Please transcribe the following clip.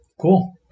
Cool